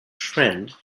friend